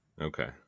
okay